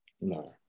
No